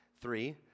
three